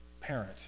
parent